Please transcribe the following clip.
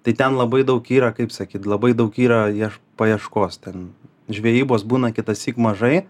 tai ten labai daug yra kaip sakyt labai daug yra ieš paieškos ten žvejybos būna kitą syk mažai